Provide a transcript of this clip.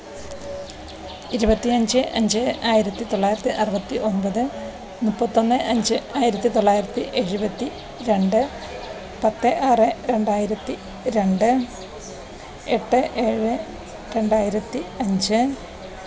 ഇരുപത്തി അഞ്ച് അഞ്ച് ആയിരത്തി തൊള്ളായിരത്തി അറുപത്തി ഒൻപത് മുപ്പത്തൊന്ന് അഞ്ച് ആയിരത്തി തൊള്ളായിരത്തി എഴുപത്തി രണ്ട് പത്ത് ആറ് രണ്ടായിരത്തി രണ്ട് എട്ട് ഏഴ് രണ്ടായിരത്തി അഞ്ച്